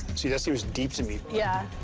see, that seems deep to me. yeah,